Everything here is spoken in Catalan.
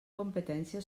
competència